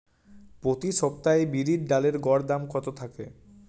প্রতি সপ্তাহে বিরির ডালের গড় দাম কত থাকে?